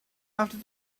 after